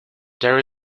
there